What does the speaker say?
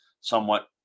somewhat